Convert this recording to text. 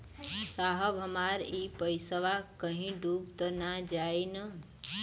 साहब हमार इ पइसवा कहि डूब त ना जाई न?